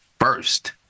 first